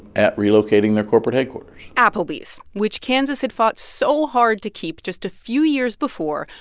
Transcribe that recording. at relocating their corporate headquarters applebee's, which kansas had fought so hard to keep just a few years before,